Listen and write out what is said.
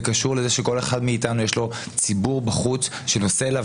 זה קשור לכך שלכל אחד מאיתנו יש לו בחוץ ציבור שנושא אליו